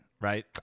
right